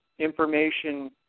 information